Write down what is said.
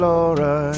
Laura